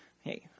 hey